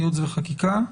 ייעוץ וחקיקה,